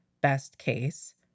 best-case